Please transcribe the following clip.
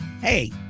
Hey